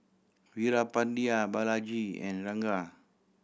Veerapandiya Balaji and Ranga